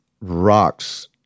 rocks